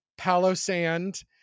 Palosand